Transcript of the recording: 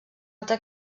altra